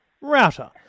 router